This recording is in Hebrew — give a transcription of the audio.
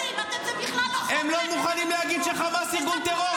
--- תספר להם מה עומד --- הם לא מוכנים להגיד שחמאס הוא ארגון טרור.